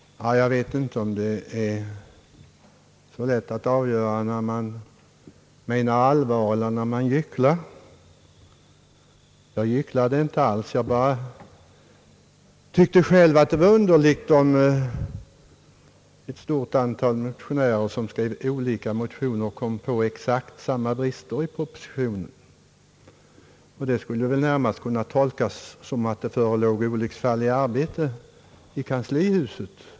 Det är inte så lätt att avgöra när man menar allvar och när man gycklar. Jag gycklade inte alls, jag tyckte själv att det var underligt att ett stort antal motionärer i sina olika motioner påpekade exakt samma brister i propositionen. Det skulle väl närmast kunna tolkas som om det förelåg olycksfall i arbetet i kanslihuset.